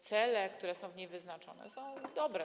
Cele, które są w niej wyznaczone, są dobre.